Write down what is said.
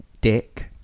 Dick